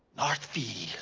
northfield.